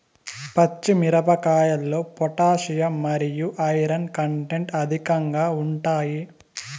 పచ్చి మిరపకాయల్లో పొటాషియం మరియు ఐరన్ కంటెంట్ అధికంగా ఉంటాయి